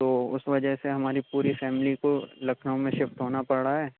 تو اُس وجہ سے ہماری پوری فیملی کو لکھنؤ میں شفٹ ہونا پڑ رہا ہے